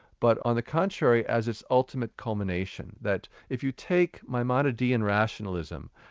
but on the contrary, as its ultimate culmination that if you take maimonidean rationalism,